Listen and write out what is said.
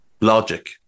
logic